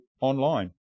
online